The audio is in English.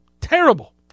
Terrible